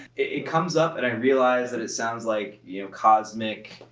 it comes up, and i realize that it sounds like you know, cosmic